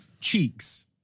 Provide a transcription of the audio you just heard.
Cheeks